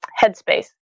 Headspace